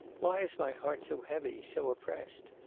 why is my heart so heavy, so oppressed?